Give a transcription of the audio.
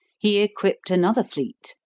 he equipped another fleet,